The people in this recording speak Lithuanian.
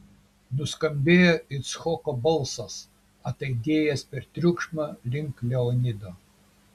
nuskambėjo icchoko balsas ataidėjęs per triukšmą link leonido